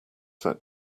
set